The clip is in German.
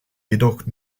jedoch